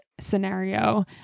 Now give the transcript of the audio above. scenario